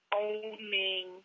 owning